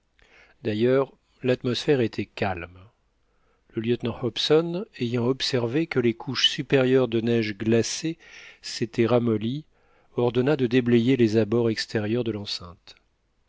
d'ailleurs l'atmosphère était calme le lieutenant hobson ayant observé que les couches supérieures de neige glacée s'étaient ramollies ordonna de déblayer les abords extérieurs de l'enceinte